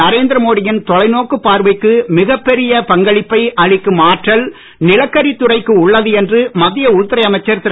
நரேந்திர மோடியின் தொலைநோக்குப் பார்வைக்கு மிகப் பெரிய பங்களிப்பாளராகத் திகழக் கூடிய ஆற்றல் நிலக்கரி துறைக்கு உள்ளது என்று மத்திய உள்துறை அமைச்சர் திரு